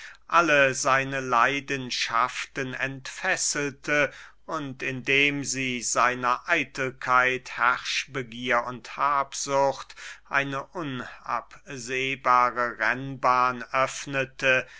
alle seine leidenschaften entfesselte und indem sie seiner eitelkeit herrschbegier und habsucht eine unabsehbare rennbahn öffnete